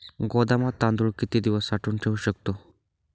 गोदामात तांदूळ किती दिवस साठवून ठेवू शकतो?